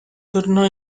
tornò